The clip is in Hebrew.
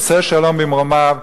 עושה שלום במרומיו,